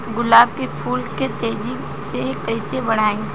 गुलाब के फूल के तेजी से कइसे बढ़ाई?